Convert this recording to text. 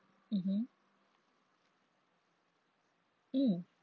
mmhmm mm